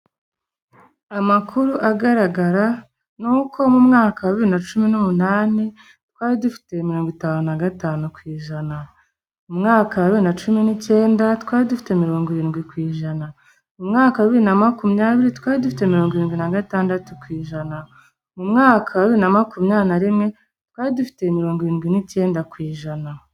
Amakuru agaragara ni uko mu mwaka wa bibiri na cumi n'umunani, twari dufite mirongo itanu na gatanu ku ijana. Mu mwaka wa bibiri na cumi n'icyenda, twari dufite mirongo irindwi ku ijana. Mu mwaka wa bibiri na makumyabiri twari dufite mirongo irindwi na gatandatu ku ijana. Mu mwaka wa bibiri na makumyabiri na rimwe, twari dufite mirongo irindwi n'icyenda ku ijana.